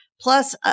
plus